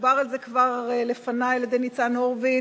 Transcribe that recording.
דיבּר על זה כבר לפני ניצן הורוביץ,